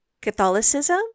Catholicism